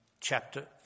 chapter